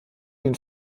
den